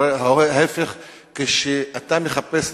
כשאתה מחפש,